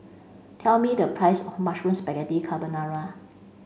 tell me the price of Mushroom Spaghetti Carbonara